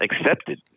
accepted